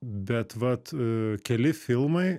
bet vat keli filmai